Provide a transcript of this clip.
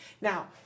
Now